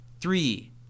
Three